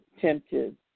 tempted